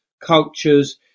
cultures